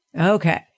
Okay